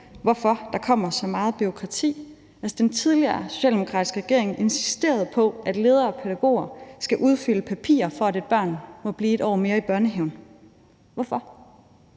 hvorfor der kommer så meget bureaukrati. Den tidligere socialdemokratiske regering insisterede på, at ledere og pædagoger skal udfylde papirer, for at et barn må blive et år mere i børnehaven. Hvorfor?